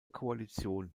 koalition